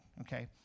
Okay